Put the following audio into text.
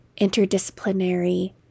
interdisciplinary